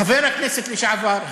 חבר הכנסת לשעבר,